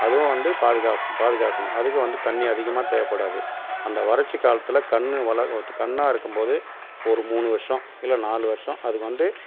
அதுவும் வந்து பாதுகா பார்த்துக்கணும் அதுக்கும் வந்து தண்ணி அதிகமாக தேவைப்பாடாது அந்த வறட்சி காலத்தில் கன்று வளரத்துக்கான கன்னாக இருக்கும் போது ஒரு மூணு வருஷம் இல்லை நாலு வருஷம் அதுக்கு வந்து